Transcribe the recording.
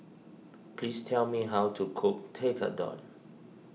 please tell me how to cook Tekkadon